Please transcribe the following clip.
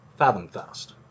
Fathomfast